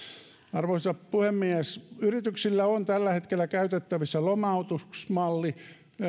arvoisa puhemies yrityksillä on tällä hetkellä käytettävissä lomautusmalli